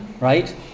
right